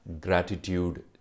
gratitude